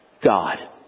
God